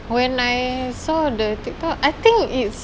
when I saw the TikTok I think it's